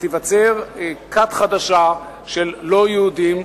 ותיווצר כת חדשה של לא-יהודים,